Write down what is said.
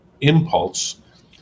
impulse